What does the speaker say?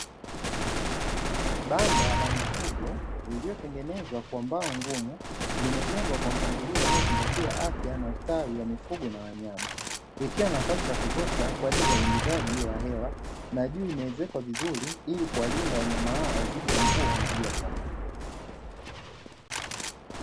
Banda la mifugo lililotengenezwa kwa mbao ngumu, limejengwa kwa mpangilio unaozingatia afya na ustawi wa mifugo na wanyama, ikiwa na nafasi ya kutosha kwa ajili ya uingizaji wa hewa na juu imeezekwa vizuri ili kuwalinda wanyama hawa dhidi ya mvua na jua kali.